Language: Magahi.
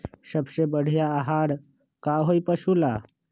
सबसे बढ़िया आहार का होई पशु ला?